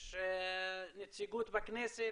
יש נציגות בכנסת,